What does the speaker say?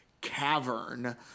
cavern